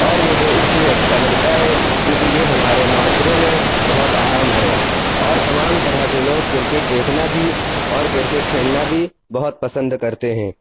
اور مجھے اِس لیے اچھا لگتا ہے کیوں کہ یہ ہمارے معاشرے میں بہت عام ہے اور تمام طرح کے لوگ کرکٹ دیکھنا بھی اور کرکٹ کھیلنا بھی بہت پسند کرتے ہیں